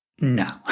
no